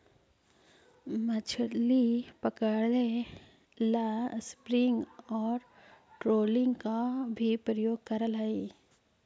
मछली पकड़े ला स्पिनिंग और ट्रोलिंग का भी प्रयोग करल हई